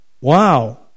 Wow